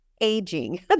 aging